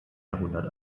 jahrhundert